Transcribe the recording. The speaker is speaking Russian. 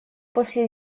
после